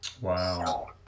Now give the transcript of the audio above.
Wow